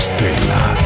Stella